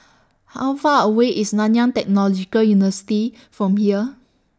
How Far away IS Nanyang Technological University from here